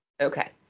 Okay